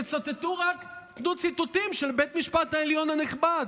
תנו ציטוטים של בית המשפט העליון הנכבד.